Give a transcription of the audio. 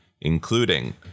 including